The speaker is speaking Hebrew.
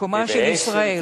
מקומה של ישראל,